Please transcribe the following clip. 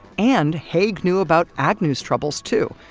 and haig knew about agnew's troubles, too.